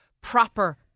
proper